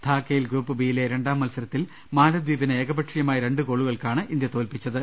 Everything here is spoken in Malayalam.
ധാക്കയിൽ ഗ്രൂപ്പ് ബിയിലെ രണ്ടാം മത്സരത്തിൽ മാലെദ്വീപിനെ ഏകപക്ഷീയമായ രണ്ട് ഗോളുകൾക്കാണ് ഇന്ത്യ തോൽപ്പി ച്ചത്